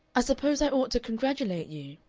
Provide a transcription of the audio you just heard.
i suppose i ought to congratulate you,